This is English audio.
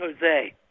Jose